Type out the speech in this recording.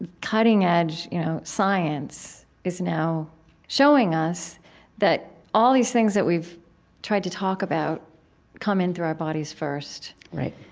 and cutting-edge you know science is now showing us that all these things that we've tried to talk about come in through our bodies first right